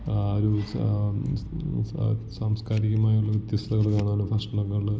ആ ഒരു സാംസ്കാരികമായുള്ള വ്യത്യസ്തതകൾ കാണാനും ഭക്ഷണങ്ങൾ